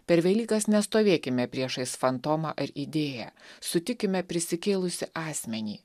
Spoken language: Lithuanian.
per velykas nestovėkime priešais fantomą ar idėją sutikime prisikėlusį asmenį